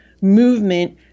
movement